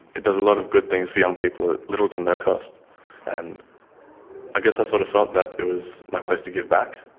it does a lot of good things for young people at little to no cost and i guess i sort of felt it was my place to give back.